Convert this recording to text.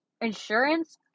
Insurance